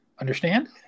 Understand